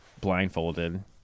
blindfolded